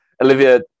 Olivia